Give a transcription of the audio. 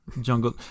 Jungle